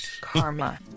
karma